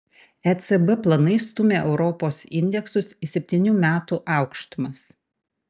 ecb planai stumia europos indeksus į septynių metų aukštumas